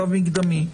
שלב מקדמי,